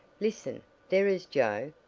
listen! there is joe.